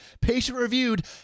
patient-reviewed